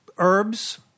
Herbs